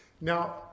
Now